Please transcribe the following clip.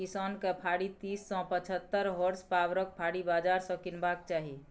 किसान केँ फारी तीस सँ पचहत्तर होर्सपाबरक फाड़ी बजार सँ कीनबाक चाही